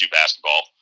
basketball